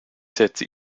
setze